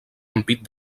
ampit